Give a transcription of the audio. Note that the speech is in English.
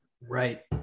Right